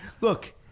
Look